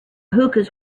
hookahs